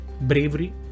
bravery